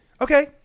Okay